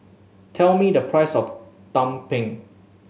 tell me the price of tumpeng